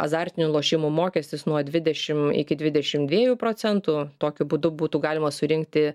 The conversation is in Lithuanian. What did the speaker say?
azartinių lošimų mokestis nuo dvidešim iki dvidešim dviejų procentų tokiu būdu būtų galima surinkti